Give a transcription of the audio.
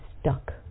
stuck